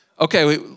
Okay